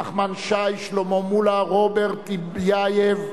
נחמן שי, שלמה מולה, רוברט טיבייב,